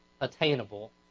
attainable